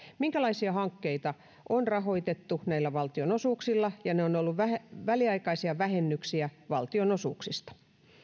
minkälaisia hankkeita on rahoitettu näillä valtionosuuksilla ja ne ovat olleet väliaikaisia vähennyksiä valtionosuuksista